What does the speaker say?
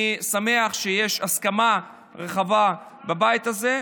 אני שמח שיש הסכמה רחבה בבית הזה.